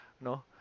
no